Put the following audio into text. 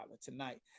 tonight